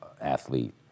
athlete